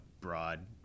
broad